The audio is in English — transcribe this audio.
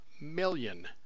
million